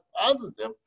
positive